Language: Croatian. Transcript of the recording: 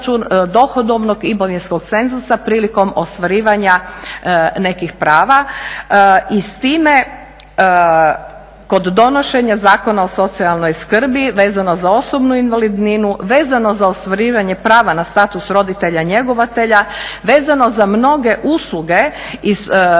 dohodovnog imovinskog cenzusa prilikom ostvarivanja nekih prava. I s time kod donošenja Zakona o socijalnoj skrbi vezano za osobnu invalidninu, vezano za ostvarivanje prava na status roditelja njegovatelja, vezano za mnoge usluge iz